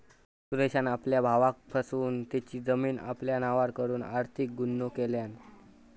सुरेशान आपल्या भावाक फसवन तेची जमीन आपल्या नावार करून आर्थिक गुन्हो केल्यान